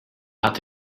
hat